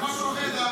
זה משהו אחר,